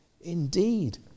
indeed